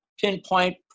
pinpoint